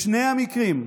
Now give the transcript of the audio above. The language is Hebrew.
בשני המקרים,